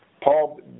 Paul